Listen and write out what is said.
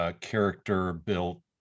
character-built